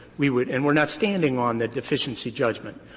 we would and we're not standing on the deficiency judgment.